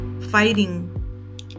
fighting